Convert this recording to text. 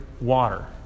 water